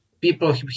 people